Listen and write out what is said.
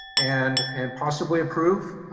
and and possibly approve,